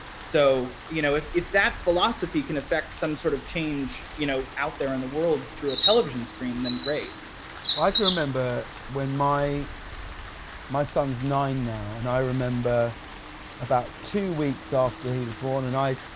so you know if if that philosophy can affect some sort of change you know out there in the world through a television screen, then great. james i can remember when my my son's nine now, and i remember about two weeks after he was born, and i,